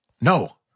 No